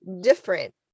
different